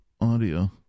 audio